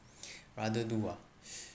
rather do ah